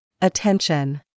Attention